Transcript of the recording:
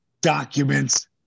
documents